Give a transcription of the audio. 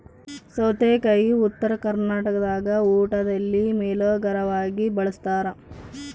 ಸೌತೆಕಾಯಿ ಉತ್ತರ ಕರ್ನಾಟಕದಾಗ ಊಟದಲ್ಲಿ ಮೇಲೋಗರವಾಗಿ ಬಳಸ್ತಾರ